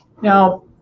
Now